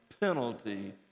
penalty